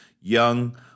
young